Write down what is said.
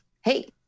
hey